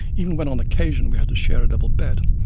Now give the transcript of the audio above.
even when on occasion we had to share a double bed.